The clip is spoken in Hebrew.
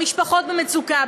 במשפחות במצוקה.